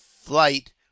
flight